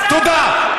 תודה.